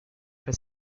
for